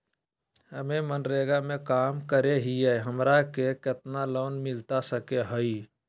हमे मनरेगा में काम करे हियई, हमरा के कितना लोन मिलता सके हई?